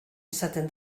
izaten